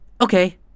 okay